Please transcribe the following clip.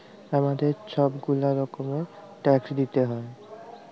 আমাদের ছব গুলা রকমের ট্যাক্স দিইতে হ্যয়